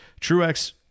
Truex